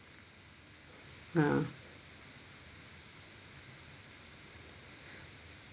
uh